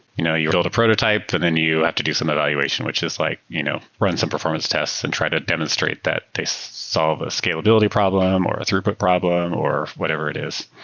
you know you build a prototype and then you have to do some evaluation, which is like you know run some performance tests and try to demonstrate that they solve a scalability problem or a throughout but problem or whatever it is.